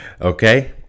Okay